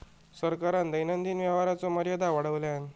सरकारान दैनंदिन व्यवहाराचो मर्यादा वाढवल्यान